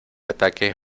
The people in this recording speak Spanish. ataque